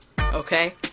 okay